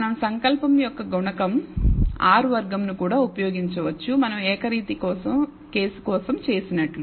మనం సంకల్పం యొక్క గుణకం R వర్గంను కూడా ఉపయోగించవచ్చు మనం ఏకరీతి కేసు కోసం చేసినట్లు